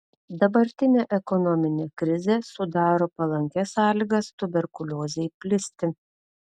dabartinė ekonominė krizė sudaro palankias sąlygas tuberkuliozei plisti